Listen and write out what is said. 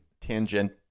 tangent